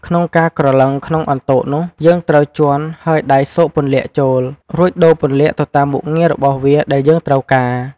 ក្នុងការក្រឡឹងក្នុងអន្ទោកនោះ ជើងត្រូវជាន់ ហើយដៃស៊កពន្លាកចូល រួចដូរពន្លាកទៅតាមមុខងាររបស់វាដែលយើងត្រូវការ។